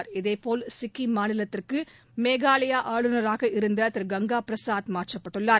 மேகாலயா துகேபோல சிக்கிம் மாநிலத்திற்கு ஆளுநராக இருந்த திரு கங்கா பிரசாத் மாற்றப்பட்டுள்ளார்